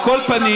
על כל פנים,